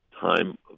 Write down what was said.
time